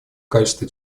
качества